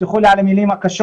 תסלחו לי על המלים הקשות,